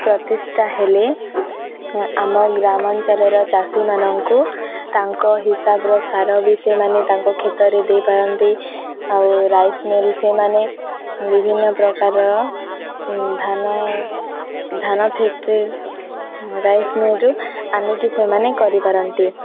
ପ୍ରତିଷ୍ଠା ହେଲେ ଆମ ଗ୍ରାମାଞ୍ଚଳର ଚାଷୀମାନଙ୍କୁ ତାଙ୍କ ହିସାବର ସାର ବି ସେମାନେ ତାଙ୍କ କ୍ଷେତରେ ଦେଇପାରନ୍ତି ଆଉ ରାଇସ୍ ମିଲ୍ ସେମାନେ ବିଭିନ୍ନ ପ୍ରକାରର ଧାନ ଧାନ ଫ୍ୟାକ୍ଟରୀ ରାଇସ୍ ମିଲ୍ରୁୁ ଆଣିକି ସେମାନେ କରିପାରନ୍ତି